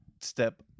Step